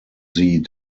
sie